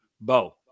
Bo